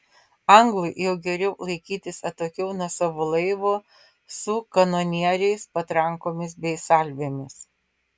anglui jau geriau laikytis atokiau nuo savo laivo su kanonieriais patrankomis bei salvėmis